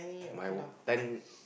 my ten